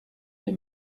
des